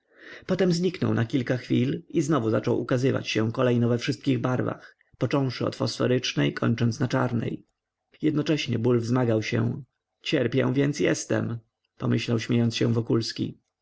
potem zniknął na kilka chwil i znowu zaczął ukazywać się kolejno we wszystkich barwach począwszy od fosforycznej kończąc na czarnej jednocześnie ból wzmagał się cierpię więc jestem pomyślał śmiejąc się